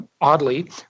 oddly